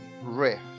riff